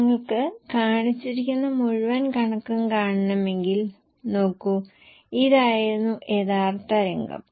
നിങ്ങൾക്ക് കാണിച്ചിരിക്കുന്ന മുഴുവൻ കണക്കും കാണണമെങ്കിൽ നോക്കൂ ഇതായിരുന്നു യഥാർത്ഥ രംഗം